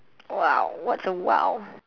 !wow! what's a !wow!